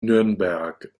nürnberg